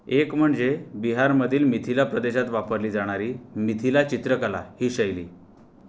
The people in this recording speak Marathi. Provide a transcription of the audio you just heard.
एक म्हणजे बिहारमधील मिथिला प्रदेशात वापरली जाणारी मिथिला चित्रकला ही शैली